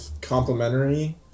complementary